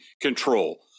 control